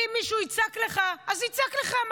ואם מישהו יצעק לך, אז יצעק לך.